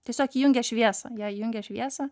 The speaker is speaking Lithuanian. tiesiog įjungia šviesą jie įjungia šviesą